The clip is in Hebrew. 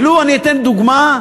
ולו אני אתן דוגמה,